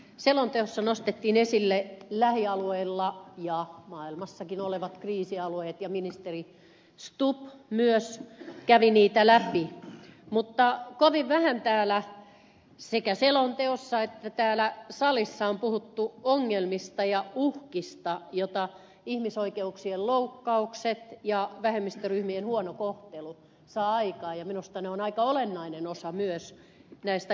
selonteossa nostettiin esille lähialueilla ja maailmassakin olevat kriisialueet ja ministeri stubb myös kävi niitä läpi mutta kovin vähän sekä selonteossa että täällä salissa on puhuttu ongelmista ja uhkista joita ihmisoikeuksien loukkaukset ja vähemmistöryhmien huono kohtelu saavat aikaan ja minusta ne ovat myös aika olennainen osa näitä kriisiuhkia